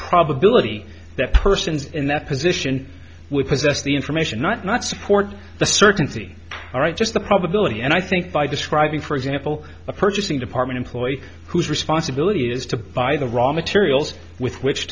probability that persons in that position would possess the information not not support the certainty all right just the probability and i think by describing for example a purchasing department employee whose responsibility it is to buy the raw materials with which